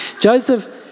Joseph